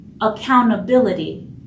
accountability